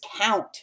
count